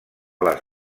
les